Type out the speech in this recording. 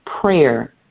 Prayer